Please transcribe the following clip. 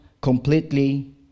completely